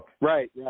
Right